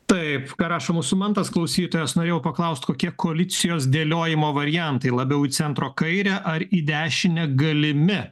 taip ką rašo mūsų mantas klausytojas norėjau paklaust kokie koalicijos dėliojimo variantai labiau į centro kairę ar į dešinę galimi